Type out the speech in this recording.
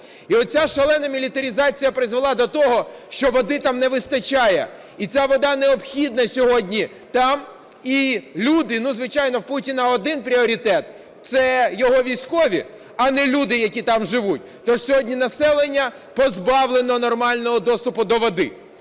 І оця шалена мілітаризація призвела до того, що води там не вистачає, і ця вода необхідна сьогодні там, і люди… Ну, звичайно, в Путіна один пріоритет – це його військові, а не люди, які там живуть. Тож сьогодні населення позбавлено нормального доступу до води.